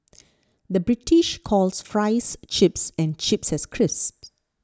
the British calls Fries Chips and Chips Crisps